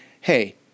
hey